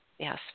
Yes